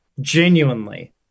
genuinely